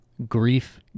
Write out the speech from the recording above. Grief